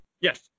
Yes